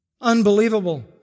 Unbelievable